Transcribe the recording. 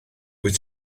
wyt